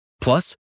Plus